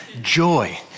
joy